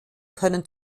können